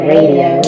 Radio